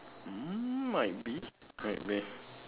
um might be might be